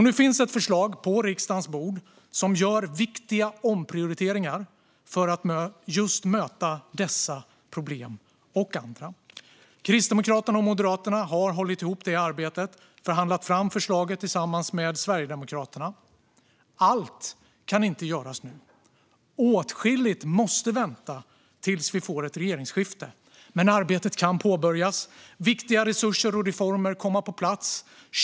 Nu finns ett förslag på riksdagens bord som gör viktiga omprioriteringar för att möta just dessa problem och andra. Kristdemokraterna och Moderaterna har hållit ihop det arbetet och har förhandlat fram förslaget tillsammans med Sverigedemokraterna. Allt kan inte göras nu. Åtskilligt måste vänta tills vi får ett regeringsskifte. Men arbetet kan påbörjas. Viktiga resurser och reformer kan komma på plats.